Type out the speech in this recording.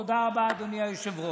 תודה רבה, אדוני היושב-ראש.